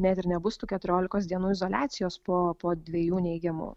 net ir nebus tų keturiolikos dienų izoliacijos po po dviejų neigiamų